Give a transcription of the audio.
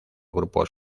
grupos